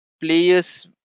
players